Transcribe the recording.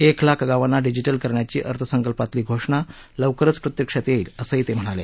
एक लाख गावांना डिजिडिज करण्याची अर्थसंकल्पातली घोषणा लवकरच प्रत्यक्षात येईल असं ते म्हणाले